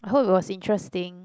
I hope it was interesting